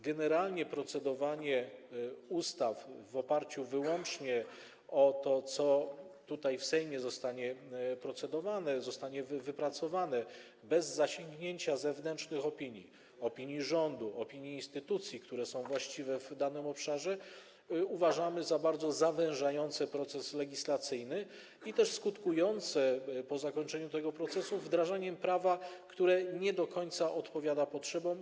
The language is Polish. Generalnie procedowanie ustaw w oparciu wyłącznie o to, co tutaj, w Sejmie zostanie wypracowane, bez zasięgnięcia zewnętrznych opinii, opinii rządu, opinii instytucji, które są właściwe w danym obszarze, uważamy za bardzo zawężające proces legislacyjny i skutkujące, po zakończeniu tego procesu, wdrażaniem prawa, które nie do końca odpowiada potrzebom.